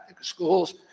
schools